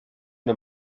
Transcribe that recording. una